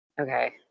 okay